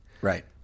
Right